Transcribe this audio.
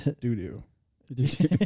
Do-do